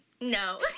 No